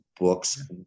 Books